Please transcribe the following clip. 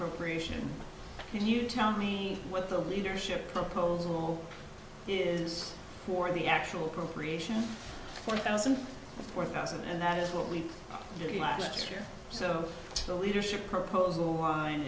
appropriation can you tell me what the leadership proposal is for the actual procreation three thousand four thousand and that is what we did last year so the leadership proposal line